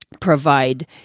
provide